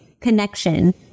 connection